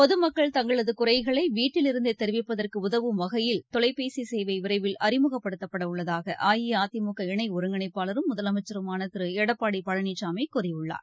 பொகமக்கள் தங்களதுகுறைவீட்டில் இருந்தேதெரிவிப்பதற்குஉதவும் வகையில் தொலைபேசிசேவவிரைவில் அறிமுகப்படுத்தப்படஉள்ளதாகஅஇஅதிமுக இணைஒருங்கிணைப்பாளரும் முதலமைச்சருமானதிருளடப்பாடிபழனிசாமிகூறியுள்ளார்